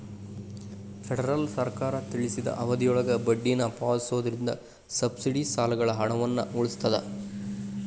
federal ಸರ್ಕಾರ ತಿಳಿಸಿದ ಅವಧಿಯೊಳಗ ಬಡ್ಡಿನ ಪಾವತಿಸೋದ್ರಿಂದ ಸಬ್ಸಿಡಿ ಸಾಲಗಳ ಹಣವನ್ನ ಉಳಿಸ್ತದ